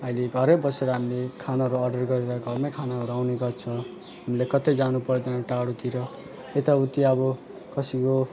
अहिले घरै बसेर हामीले खानहरू अर्डर गरेर घरमै खानाहरू आउने गर्छ हामीले कतै जानु पर्दैन टाढोतिर यता उता अब कसैको